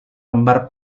lembar